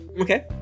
Okay